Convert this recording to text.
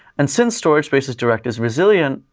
and since storage spaces direct is resilient,